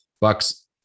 bucks